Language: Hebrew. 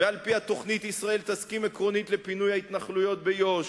ועל-פי התוכנית ישראל תסכים עקרונית לפינוי ההתנחלויות ביהודה